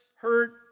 hurt